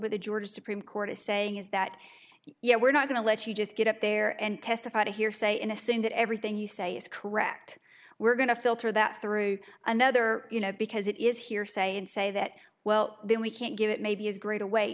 with the georgia supreme court is saying is that you know we're not going to let you just get up there and testify to hearsay in assume that everything you say is correct we're going to filter that through another you know because it is hearsay and say that well then we can't give it maybe as great a way